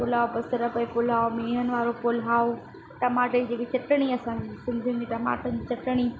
पुलाव बसर पई मीअन वारो पुलाव टमाटे ई जेकी चटिणी सिंधियुनि जी असांजी सिंधियुनि जी टमाटनि जी चटिणी